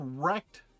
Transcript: correct